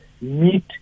meet